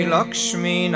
Lakshmi